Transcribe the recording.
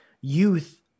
youth